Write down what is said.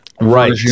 Right